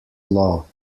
law